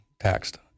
taxed